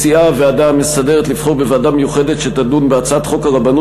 מציעה הוועדה המסדרת לבחור בוועדה מיוחדת שתדון בהצעת חוק הרבנות